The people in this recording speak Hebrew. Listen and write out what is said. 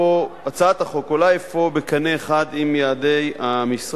הצעת החוק עולה אפוא בקנה אחד עם יעדי המשרד.